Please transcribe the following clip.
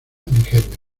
nigeria